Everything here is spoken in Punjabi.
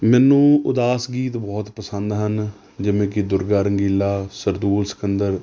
ਮੈਨੂੰ ਉਦਾਸ ਗੀਤ ਬਹੁਤ ਪਸੰਦ ਹਨ ਜਿਵੇਂ ਕਿ ਦੁਰਗਾ ਰੰਗੀਲਾ ਸਰਦੂਲ ਸਿੰਕਦਰ